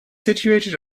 situated